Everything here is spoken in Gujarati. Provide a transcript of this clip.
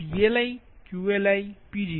PLi QLi Pgi